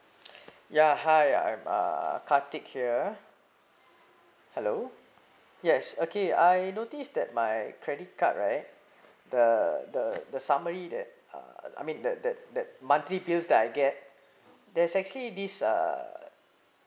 ya hi I'm uh karthik here hello yes okay I noticed that my credit card right the the the summary that uh I mean that that that monthly bills that I get there's actually this ah